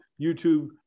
YouTube